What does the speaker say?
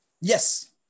Yes